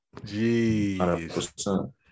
Jeez